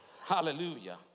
hallelujah